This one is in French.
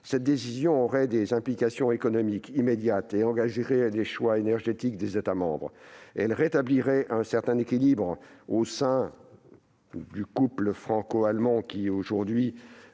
Cette décision aurait des effets économiques immédiats et une incidence sur les choix énergétiques des États membres. Elle rétablirait un certain équilibre au sein du couple franco-allemand, qui diverge aujourd'hui